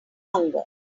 hunger